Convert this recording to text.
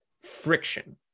friction